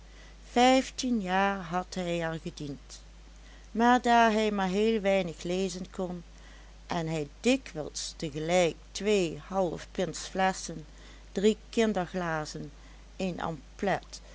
vijftien jaar had hij er gediend maar daar hij maar heel weinig lezen kon en hij dikwijls tegelijk twee halfpintsflesschen drie kinderglazen een amplet